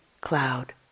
cloud